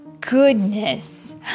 goodness